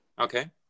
Okay